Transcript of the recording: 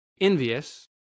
envious